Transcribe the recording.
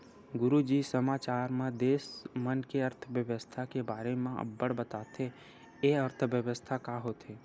गुरूजी समाचार म देस मन के अर्थबेवस्था के बारे म अब्बड़ बताथे, ए अर्थबेवस्था का होथे?